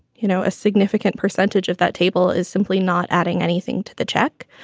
you know, a significant percentage of that table is simply not adding anything to the check.